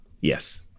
Yes